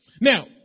Now